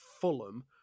Fulham